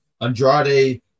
Andrade